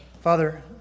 Father